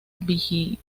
visigodos